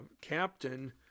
captain